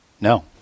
No